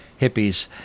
hippies